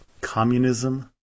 Communism